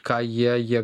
ką jie jie